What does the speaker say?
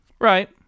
Right